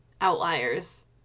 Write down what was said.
outliers